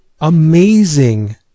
amazing